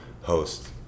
host